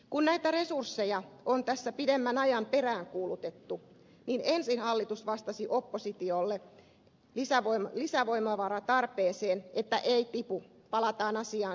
kun näitä resursseja on tässä pidemmän ajan peräänkuulutettu niin ensin hallitus vastasi oppositiolle lisävoimavaratarpeeseen että ei tipu palataan asiaan syksyllä